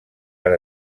per